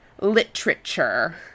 literature